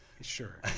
Sure